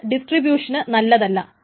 അത് ഡിസ്ട്രീബ്യൂഷന് നല്ലതല്ല